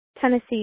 Tennessee